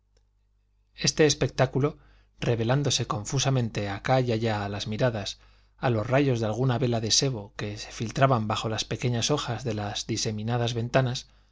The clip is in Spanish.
este espectáculo revelándose confusamente acá y allá a las miradas a los rayos de alguna vela de sebo que se filtraban bajo las pequeñas hojas de las diseminadas ventanas